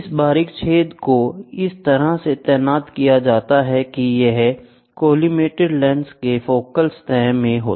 इस बारीक छेद को इस तरह से तैनात किया जाता है कि यह कोलिमेटेड लेंस के फोकल सतह में हो